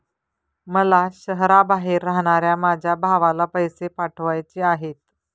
मला शहराबाहेर राहणाऱ्या माझ्या भावाला पैसे पाठवायचे आहेत